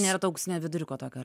nėra to auksinio viduriuko tokio ar